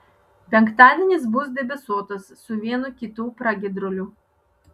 penktadienis bus debesuotas su vienu kitu pragiedruliu